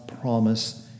promise